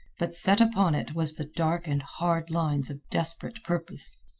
but set upon it was the dark and hard lines of desperate purpose.